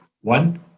one